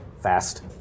fast